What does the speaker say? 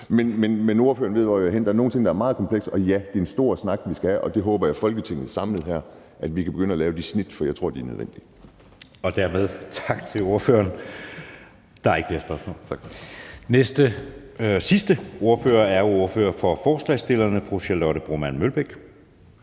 Men ordføreren ved, hvor jeg vil hen. Der er nogle ting, der er meget komplekse, og ja, det er en stor snak, vi skal have, og jeg håber, at vi samlet her i Folketinget kan begynde at lave de snit, for jeg tror, de er nødvendige. Kl. 11:35 Anden næstformand (Jeppe Søe): Dermed tak til ordføreren. Der er ikke flere spørgsmål. Den næste og sidste ordfører er ordføreren for forslagsstillerne, fru Charlotte Broman Mølbæk.